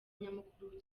nyamukuru